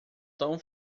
tão